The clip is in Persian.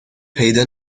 پیدا